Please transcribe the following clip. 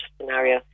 scenario